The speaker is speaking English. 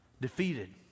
defeated